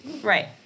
right